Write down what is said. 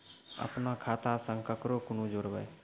अपन खाता संग ककरो कूना जोडवै?